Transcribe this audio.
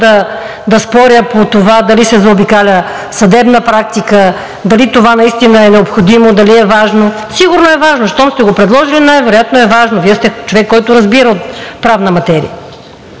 да споря по това дали се заобикаля съдебна практика, дали това наистина е необходимо, дали е важно. Сигурно е важно – щом сте го предложили, най-вероятно е важно. Вие сте човек, който разбира от правна материя.